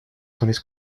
tandis